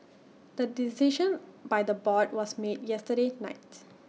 the decision by the board was made yesterday night